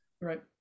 Right